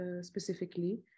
specifically